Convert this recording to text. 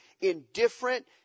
indifferent